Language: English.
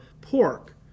pork